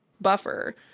buffer